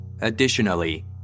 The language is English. Additionally